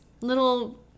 little